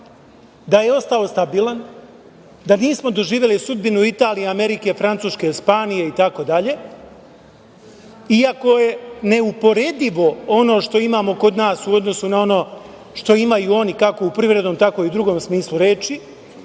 da je ostao stabilan, da nismo doživeli sudbinu Italije, Amerike, Francuske, Španije itd, iako je neuporedivo ono što imamo kod nas u odnosu na ono što imaju oni, kako u privrednom, tako i u drugom smislu reči.